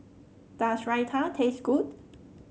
does Raita taste good